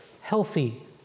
healthy